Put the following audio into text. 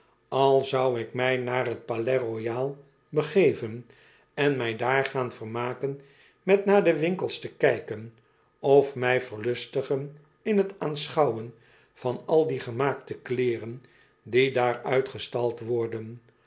al zou ik mij naar t balais ftoyal begeven en my daar gaan vermaken met naar de winkels te kijken of mij verlustigen in t aanschouwen van al die gemaakte kleeren die daar uitgestald worden